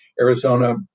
Arizona